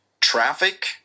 traffic